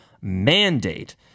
mandate